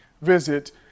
visit